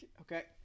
Okay